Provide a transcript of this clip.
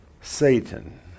Satan